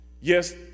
Yes